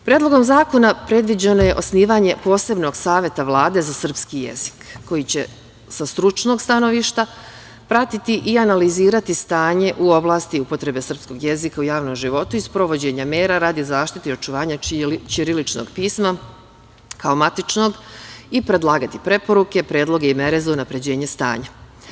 Predlogom zakona predviđeno je osnivanje posebnog saveta Vlade za srpski jezik, koji će sa stručnog stanovišta pratiti i analizirati stanje u oblasti upotrebe srpskog jezika u javnom životu i sprovođenja mera radi zaštite i očuvanja ćiriličnog pisma kao matičnog, i predlagati preporuke, predloge i mere za unapređenje stanja.